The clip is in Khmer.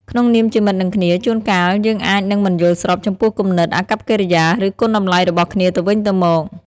ក្នុងនាមជាមិត្តនឹងគ្នា ជួនកាល យើងអាចនឹងមិនយល់ស្របចំពោះគំនិត អាកប្បកិរិយា ឬ គុណតម្លៃរបស់គ្នាទៅវិញទៅមក។